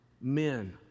men